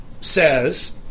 says